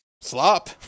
Slop